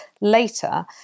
later